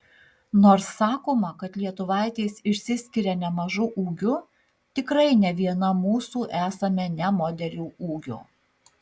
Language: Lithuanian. nors sakoma kad lietuvaitės išsiskiria nemažu ūgiu tikrai ne viena mūsų esame ne modelių ūgio